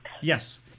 Yes